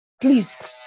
please